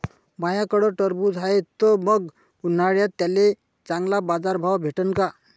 माह्याकडं टरबूज हाये त मंग उन्हाळ्यात त्याले चांगला बाजार भाव भेटन का?